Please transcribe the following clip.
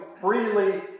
freely